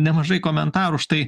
nemažai komentarų štai